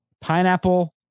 pineapple